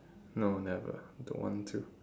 no never don't want to